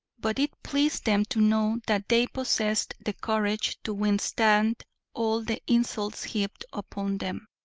but it pleased them to know that they possessed the courage to withstand all the insults heaped upon them,